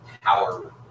power